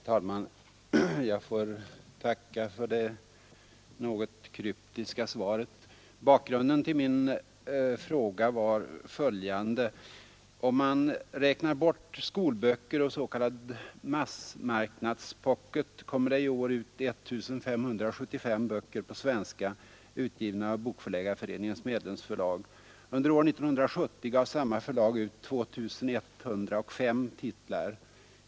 Herr talman! Jag får tacka för det något kryptiska svaret på min enkla fråga. Bakgrunden till min fråga var följande. Om man räknar bort skolböcker och s.k. massmarknadspockets, kommer det i år ut 1 575 böcker på svenska, utgivna av Bokförläggarföreningens medlemsförlag. Under år 1970 gav samma förlag ut 2 105 titlar.